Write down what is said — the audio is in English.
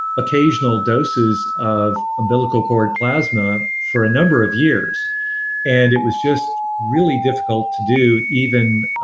occasional doses of umbilical cord plasma for a number of years and it was just really difficult to do even